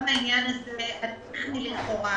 כל העניין הזה הטכני לכאורה